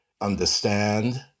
understand